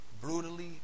brutally